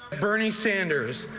bernie sanders,